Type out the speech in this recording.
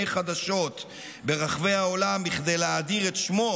חדשות ברחבי העולם כדי להאדיר את שמו,